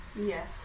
Yes